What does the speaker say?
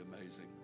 amazing